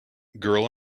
girl